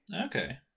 Okay